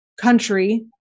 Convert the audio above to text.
country